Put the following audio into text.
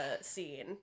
scene